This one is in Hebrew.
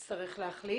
יואב קיש, יצטרך להחליט.